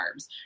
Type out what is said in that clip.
carbs